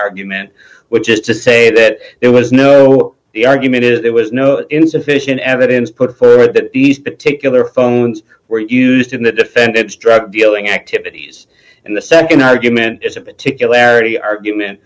argument which is to say that there was no the argument is there was no insufficient evidence put further that these particular phones were used in the defendant's drug dealing activities and the nd argument is a particulary argument